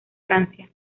francia